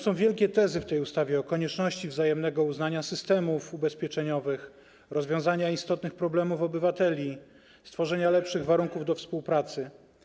Są wielkie tezy w tej ustawie: o konieczności wzajemnego uznania systemów ubezpieczeniowych, rozwiązania istotnych problemów obywateli, stworzenia lepszych warunków do współpracy.